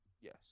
Yes